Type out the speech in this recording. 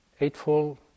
eightfold